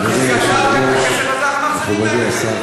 חברי השר,